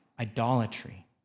idolatry